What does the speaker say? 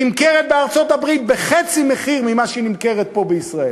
נמכרת בארצות-הברית בחצי ממחירה פה בישראל.